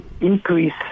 increase